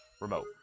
remote